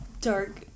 Dark